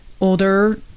older